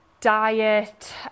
Diet